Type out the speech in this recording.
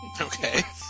Okay